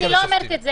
אני לא אומרת את זה.